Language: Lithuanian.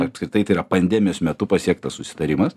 apskritai tai yra pandemijos metu pasiektas susitarimas